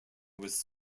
was